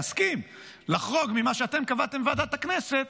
נסכים לחרוג ממה שאתם קבעתם בוועדת הכנסת